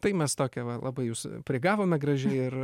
tai mes tokią va labai jus prigavome gražiai ir